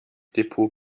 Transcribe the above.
depot